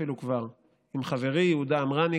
עם חברי יהודה עמרני,